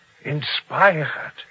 Inspired